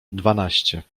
dwanaście